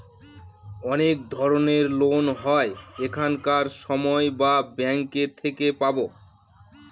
অনেক ধরনের লোন হয় এখানকার সময় যা ব্যাঙ্কে থেকে পাবো